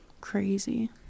Crazy